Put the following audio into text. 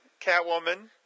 Catwoman